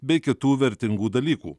bei kitų vertingų dalykų